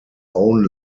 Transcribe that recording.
own